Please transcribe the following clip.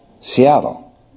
Seattle